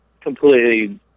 completely